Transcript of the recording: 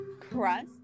crust